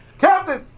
Captain